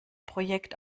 projekt